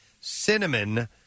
cinnamon